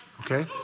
Okay